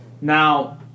Now